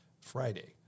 Friday